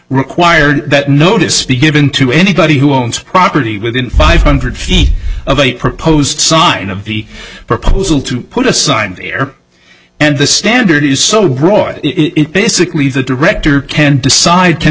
required that notice be given to anybody who owns property within five hundred feet of a proposed sign of the proposal to put a sign there and the standard is so broad it basically the director can decide can